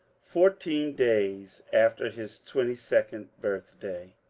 fourteen days after his twenty-second birthday.